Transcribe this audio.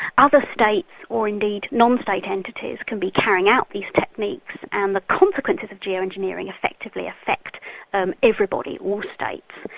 other states or indeed non-state entities can be carrying out these techniques and the consequences of geo-engineering effectively affect um everybody, all states.